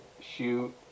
shoot